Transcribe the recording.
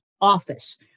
office